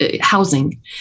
housing